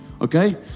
Okay